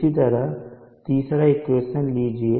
इसी तरह तीसरा इक्वेशन लीजिए